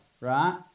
right